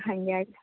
ಹಾಗೇ ಆಗಲಿ